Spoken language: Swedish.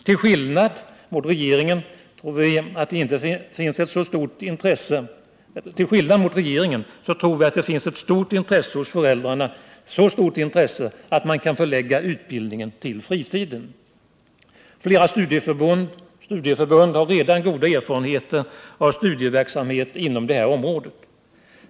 Till skillnad mot regeringen tror vi att det finns ett så stort intresse hos föräldrarna att man kan förlägga utbildningen till fritiden. Flera studieförbund har redan goda erfarenheter av studieverksamhet inom det här området.